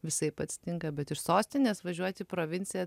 visaip atsitinka bet iš sostinės važiuoti į provinciją